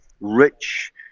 rich